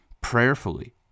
Prayerfully